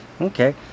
Okay